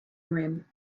rim